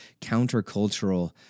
countercultural